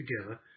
together